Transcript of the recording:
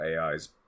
AIs